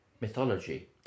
mythology